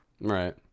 Right